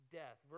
death